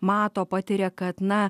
mato patiria kad na